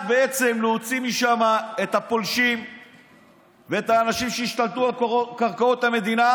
להוציא משם את הפולשים ואת האנשים שהשתלטו על קרקעות המדינה,